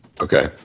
Okay